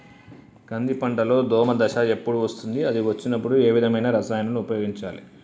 కంది పంటలో దోమ దశ ఎప్పుడు వస్తుంది అది వచ్చినప్పుడు ఏ విధమైన రసాయనాలు ఉపయోగించాలి?